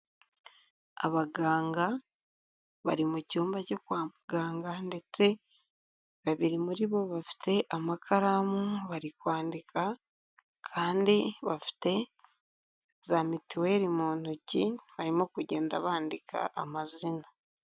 Abaganga bari mu cyumba cyo kwa muganga ndetse babiri muri bo bafite amakaramu bari kwandika kandi bafite za mituweri mu ntoki barimo kugenda bandika amazina.